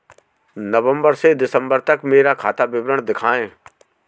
नवंबर से दिसंबर तक का मेरा खाता विवरण दिखाएं?